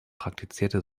praktizierte